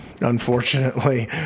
unfortunately